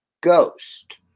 ghost